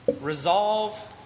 resolve